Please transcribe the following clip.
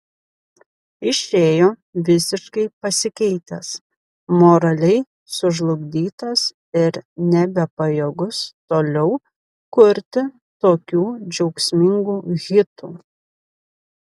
išėjo visiškai pasikeitęs moraliai sužlugdytas ir nebepajėgus toliau kurti tokių džiaugsmingų hitų